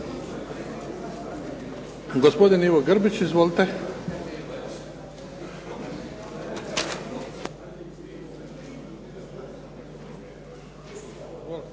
Gospodin Ivo Grbić. Izvolite.